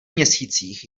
měsících